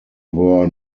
were